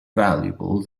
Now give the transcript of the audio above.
valuable